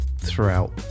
throughout